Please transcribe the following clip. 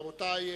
רבותי,